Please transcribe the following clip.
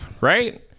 right